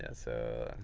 and so,